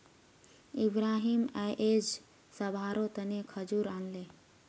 इब्राहिम अयेज सभारो तने खजूर आनले